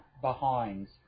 behinds